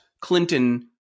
Clinton